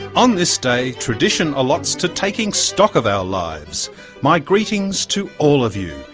um this day tradition allots to taking stock of our lives my greetings to all of you,